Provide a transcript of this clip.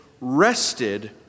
rested